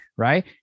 Right